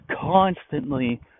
constantly